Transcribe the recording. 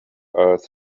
earth